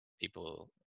people